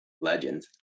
legends